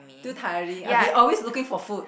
too tiring I'll be always looking for food